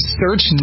search